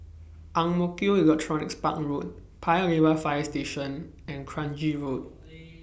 Ang Mo Kio Electronics Park Road Paya Lebar Fire Station and Kranji Road